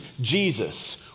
Jesus